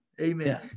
Amen